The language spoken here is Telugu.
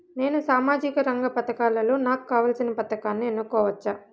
నేను సామాజిక రంగ పథకాలలో నాకు కావాల్సిన పథకాన్ని ఎన్నుకోవచ్చా?